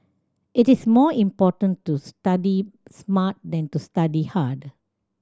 it is more important to study smart than to study hard